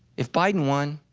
if biden won,